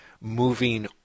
moving